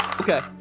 Okay